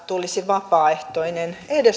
tulisi vapaaehtoinen edes